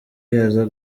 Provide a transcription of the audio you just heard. aza